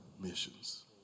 missions